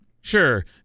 Sure